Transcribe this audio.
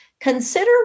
Consider